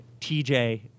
TJ